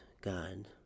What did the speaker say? God